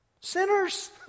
sinners